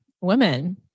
women